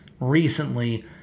recently